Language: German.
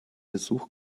besuch